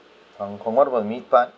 um okay what about the meat part